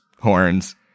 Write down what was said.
horns